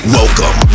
Welcome